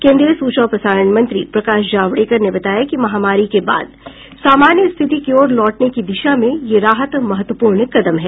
केन्द्रीय सूचना और प्रसारण मंत्री प्रकाश जावड़ेकर ने बताया कि महामारी के बाद सामान्य स्थिति की ओर लौटने की दिशा में यह राहत महत्वपूर्ण कदम है